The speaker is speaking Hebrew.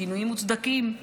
וגינויים מוצדקים,